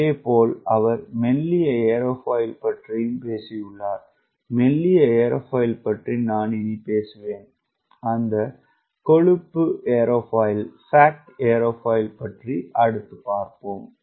இதேபோல் அவர் மெல்லிய ஏரோஃபாயில் பற்றி பேசியுள்ளார் மெல்லிய ஏரோஃபாயில் பற்றி நான் இனி பேசுவேன் அந்த கொழுப்பு ஏரோஃபாயில் பற்றி அடுத்து பார்ப்போம்